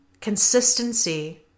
consistency